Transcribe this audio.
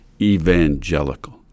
evangelical